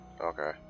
Okay